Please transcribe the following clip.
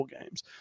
games